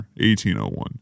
1801